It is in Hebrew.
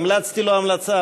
והמלצתי לו המלצה.